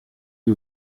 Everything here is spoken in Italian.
gli